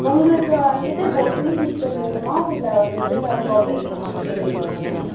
உங்களுக்கு வந்துவிட்டு buffet system வேணுமா இல்லை வந்துவிட்டு ப்ரொவைடிங் சிஸ்டம் வேணுமா மேம்